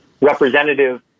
Representative